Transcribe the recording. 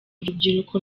urubyiruko